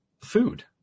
food